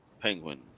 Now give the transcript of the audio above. penguin